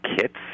kits